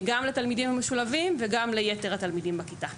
גם לתלמידים המשולבים וגם ליתר התלמידים בכיתה.